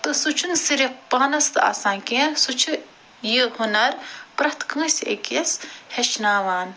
تہٕ سُہ چھُنہِ صرف پانَس تان آسان کیٚنٛہہ سُہ چھُ یہ ہنر پرٛیٚتھ کٲنسہِ اکِس ہیٚچھناوان